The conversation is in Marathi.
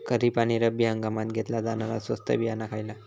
खरीप आणि रब्बी हंगामात घेतला जाणारा स्वस्त बियाणा खयला?